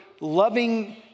loving